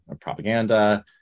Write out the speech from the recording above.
propaganda